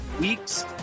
weeks